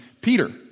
Peter